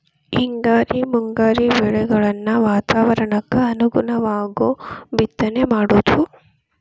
ಹಿಂಗಾರಿ ಮುಂಗಾರಿ ಬೆಳೆಗಳನ್ನ ವಾತಾವರಣಕ್ಕ ಅನುಗುಣವಾಗು ಬಿತ್ತನೆ ಮಾಡುದು